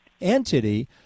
entity